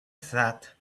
that